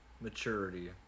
Maturity